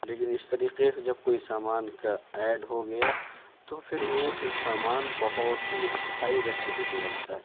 لیکن اس طریقے سے جب کوئی سامان کا ایڈ ہو گیا تو پھر وہ پھر سامان بہت ہی ہائی ریٹ میں بکنے لگتا ہے